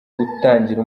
gutangira